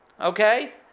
Okay